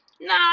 Nah